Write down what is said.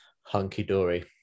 hunky-dory